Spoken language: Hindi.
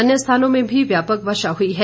अन्य स्थानों में भी व्यापक वर्षा हुई है